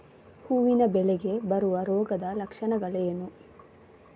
ಹೂವಿನ ಬೆಳೆಗೆ ಬರುವ ರೋಗದ ಲಕ್ಷಣಗಳೇನು?